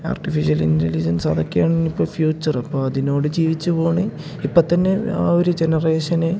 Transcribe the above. artificial intelligence അതൊക്കെയാണ് ഇനിയിപ്പോള് future അപ്പോള് അതിനോട് ജീവിച്ചുപോകുന്നു ഇപ്പോള്ത്തന്നെ ആ ഒരു ജനറേഷന്